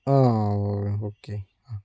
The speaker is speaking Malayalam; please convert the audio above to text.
ആ ആ ഓ ഓക്കെ ആ